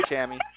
Tammy